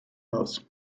mode